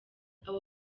abo